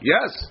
Yes